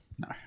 No